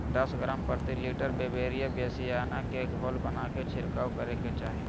दस ग्राम प्रति लीटर बिवेरिया बेसिआना के घोल बनाके छिड़काव करे के चाही